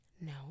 no